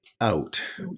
out